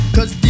Cause